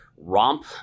romp